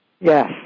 Yes